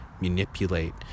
Manipulate